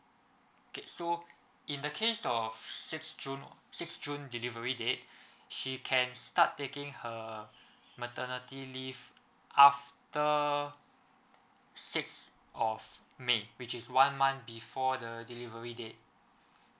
okay so in the case of sixth june sixth june delivery date she can start taking her maternity leave after six of may which is one month before the delivery date